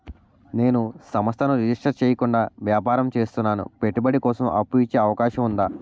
నేను సంస్థను రిజిస్టర్ చేయకుండా వ్యాపారం చేస్తున్నాను పెట్టుబడి కోసం అప్పు ఇచ్చే అవకాశం ఉందా?